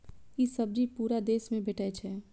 ई सब्जी पूरा देश मे भेटै छै